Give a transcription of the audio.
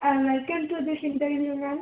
I am welcome to this interview ma'am